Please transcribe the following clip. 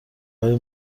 های